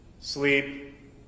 sleep